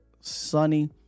sunny